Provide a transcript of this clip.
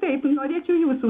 taip norėčiau jūsų